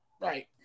Right